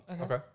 Okay